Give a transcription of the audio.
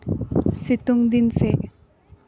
ᱥᱤᱛᱩᱝ ᱫᱤᱱ ᱥᱮ